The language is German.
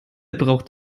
braucht